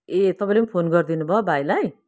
ए तपाईँले पनि फोन गरिदिनु भयो भाइलाई